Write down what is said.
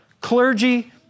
clergy